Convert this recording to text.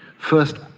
first,